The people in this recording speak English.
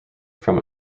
from